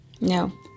No